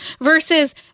versus